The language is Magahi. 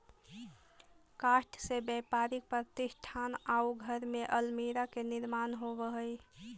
काष्ठ से व्यापारिक प्रतिष्ठान आउ घर में अल्मीरा के निर्माण होवऽ हई